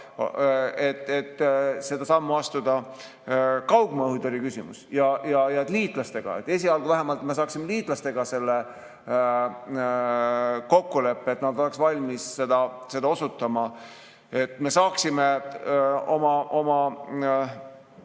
et seda sammu astuda, kaugmaa õhutõrje küsimus ja [kokkulepe] liitlastega. Esialgu vähemalt saaksime liitlastega selle kokkuleppe, et nad oleksid valmis seda osutama, et me saaksime oma